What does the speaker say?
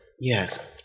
yes